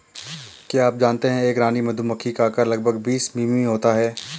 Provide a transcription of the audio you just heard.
क्या आप जानते है एक रानी मधुमक्खी का आकार लगभग बीस मिमी होता है?